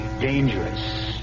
dangerous